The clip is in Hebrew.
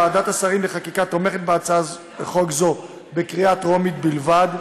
ועדת השרים לחקיקה תומכת בהצעת חוק זו בקריאה טרומית בלבד.